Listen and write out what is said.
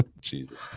Jesus